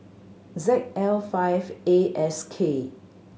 Z L five A S K